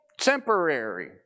temporary